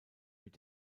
mit